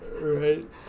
Right